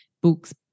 books